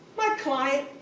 my client,